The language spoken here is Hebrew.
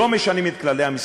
לא משנים את כללי המשחק.